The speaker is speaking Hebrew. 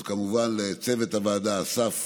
אז כמובן לצוות הוועדה, אסף פרידמן,